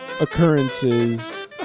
occurrences